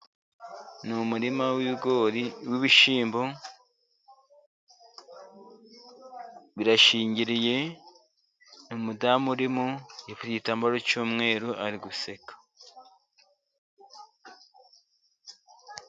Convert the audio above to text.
Ni numurima w'ibigori n'ibishyimbo birashingiriye umudamu urimo yiteze gitambaro cy'umweru ari guseka.